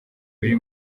biri